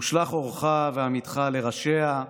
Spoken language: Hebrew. ושלח אורך ואמתך לראשיה,